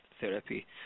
therapy